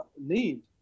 need